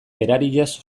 berariaz